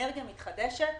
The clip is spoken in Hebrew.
באנרגיה מתחדשת